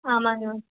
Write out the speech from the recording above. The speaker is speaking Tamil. ஆமாங்க மேம்